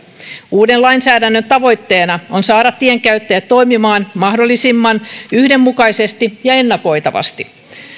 uuden lainsäädännön tavoitteena on saada tienkäyttäjät toimimaan mahdollisimman yhdenmukaisesti ja ennakoitavasti